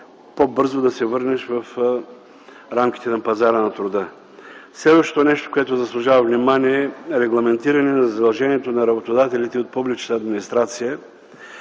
по-бързо да се върнеш в рамките на пазара на труда. Следващото нещо, което заслужава внимание – регламентиране на задължението на работодателите от публичната администрация